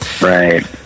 right